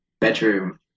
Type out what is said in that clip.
bedroom